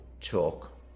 talk